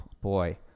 Boy